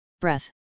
breath